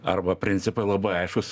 arba principai labai aiškūs